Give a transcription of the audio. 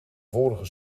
vorige